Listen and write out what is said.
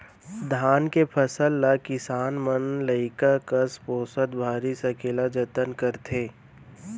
धान के फसल ल किसान मन लइका कस पोसत भारी सकेला जतन करथे